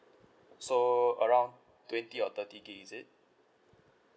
so around twenty or thirty gig is it